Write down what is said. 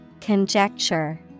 Conjecture